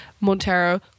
Montero